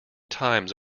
times